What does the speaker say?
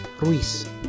Ruiz